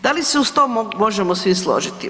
Da li se uz to možemo svi složiti?